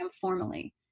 formally